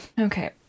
Okay